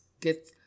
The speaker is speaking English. get